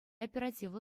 оперативлӑ